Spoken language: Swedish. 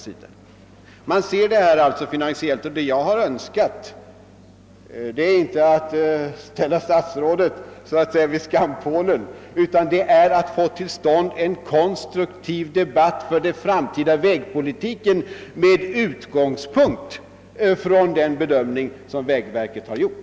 Vad jag har önskat är inte att så att säga ställa statsrådet vid skampålen utan att få till stånd en konstruktiv debatt om den framtida vägpolitiken med utgångspunkt i den bedömning som vägverket har gjort.